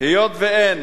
היות שאין